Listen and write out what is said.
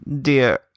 Dear